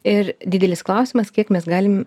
ir didelis klausimas kiek mes galim